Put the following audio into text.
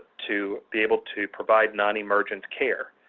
to be able to provide non-emergent care.